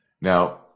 Now